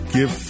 Give